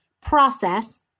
process